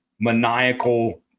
maniacal